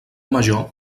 major